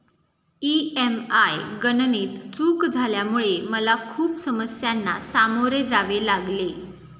EMI गणनेत चूक झाल्यामुळे मला खूप समस्यांना सामोरे जावे लागले